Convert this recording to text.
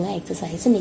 exercise